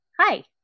Hi